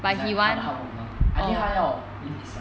it's like 他的 hardwork mah I think 他要